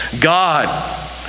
God